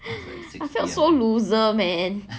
I felt so loser man